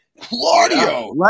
Claudio